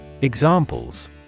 Examples